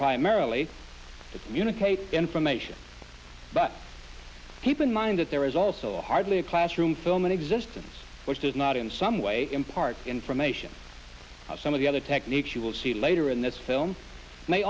primarily to communicate information but keep in mind that there is also a hardly a classroom film in existence which does not in some way impart information some of the other techniques you will see later in this film